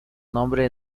nombre